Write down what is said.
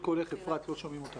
במשל"ט